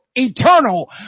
Eternal